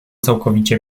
całkowicie